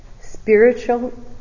Spiritual